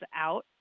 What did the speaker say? out